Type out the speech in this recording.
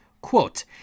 Quote